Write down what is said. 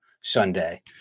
Sunday